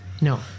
No